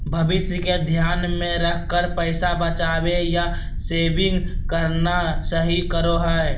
भविष्य के ध्यान मे रखकर पैसा बचावे या सेविंग करना सही रहो हय